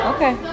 Okay